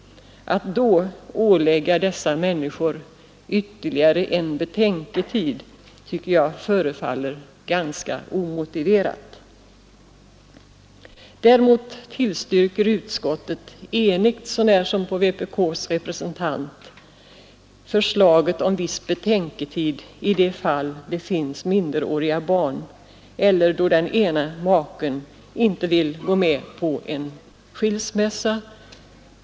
Att då ålägga dessa människor ytterligare en betänketid tycker jag förefaller ganska omotiverat. Däremot tillstyrker utskottet — enigt sånär som på vpk:s representant — förslaget om viss betänketid i de fall då det finns minderåriga barn eller då den ena maken inte vill gå med på en skilsmässa.